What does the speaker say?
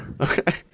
Okay